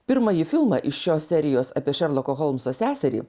pirmąjį filmą iš šios serijos apie šerloko holmso seserį